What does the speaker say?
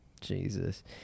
Jesus